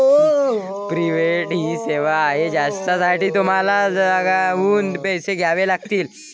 prepaid ही सेवा आहे ज्यासाठी तुम्हाला आगाऊ पैसे द्यावे लागतील